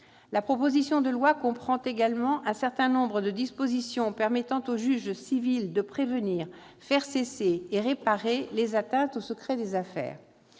La proposition de loi comprend également un certain nombre de dispositions permettant au juge civil de prévenir, faire cesser et réparer les atteintes au secret des affaires.